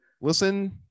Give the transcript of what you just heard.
Listen